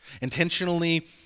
Intentionally